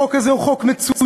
החוק הזה הוא חוק מצוין,